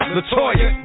Latoya